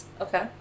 Okay